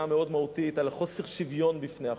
המאוד-מהותית על חוסר השוויון בפני החוק.